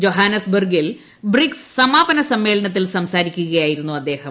Johannes ബർഗിൽ BRICS സമാപന സമ്മളനത്തിൽ സംസാരിക്കുകയായിരുന്നു അദ്ദേഹം